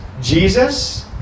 Jesus